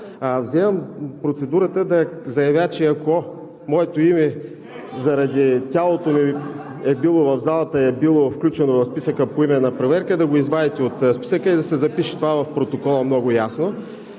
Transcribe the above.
Вземам процедурата да заявя, че ако моето име заради тялото ми (смях от ГЕРБ) е било в залата, било е включено в списъка за поименна проверка, да го извадите от списъка и да се запише това в протокола много ясно